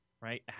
right